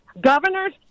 governors